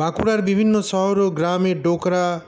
বাঁকুড়ার বিভিন্ন শহর ও গ্রামে ডোকরা